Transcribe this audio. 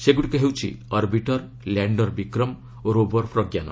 ସେଗୁଡିକ ହେଉଛି orbiter lander Vikram ଓ ରୋବର୍ ପ୍ରଜ୍ଞାନ